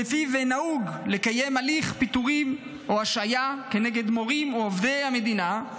שלפיו נהוג לקיים הליך פיטורין או השעיה כנגד מורים או עובדי המדינה.